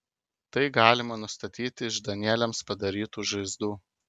tai galima nustatyti iš danieliams padarytų žaizdų